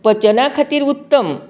पचना खातीर उत्तम